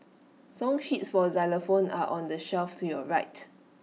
song sheets for xylophone are on the shelf to your right